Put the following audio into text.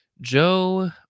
Joe